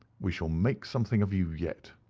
we shall make something of you yet.